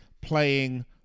playing